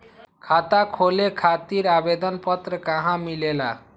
खाता खोले खातीर आवेदन पत्र कहा मिलेला?